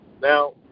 Now